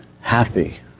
happy